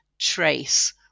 Trace